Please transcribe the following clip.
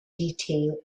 detail